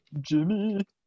Jimmy